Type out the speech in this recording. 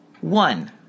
one